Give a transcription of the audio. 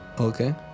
Okay